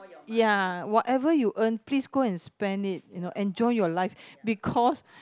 ya whatever you earn please go and spend it you know enjoy your life because